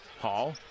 Hall